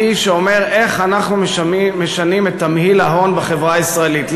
שאומר איך אנחנו משנים את תמהיל ההון בחברה הישראלית.